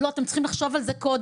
לא, אתם צריכים לחשוב על זה קודם.